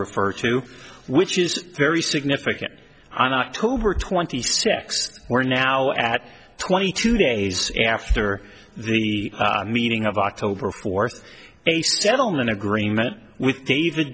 refer to which is very significant on october twenty sixth or now at twenty two days after the meeting of october fourth a settlement agreement with david